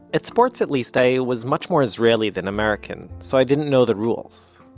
at sports at least, i was much more israeli than american, so i didn't know the rules.